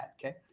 Okay